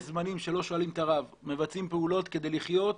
יש זמנים שלא שואלים את הרב מבצעים פעולות כדי לחיות.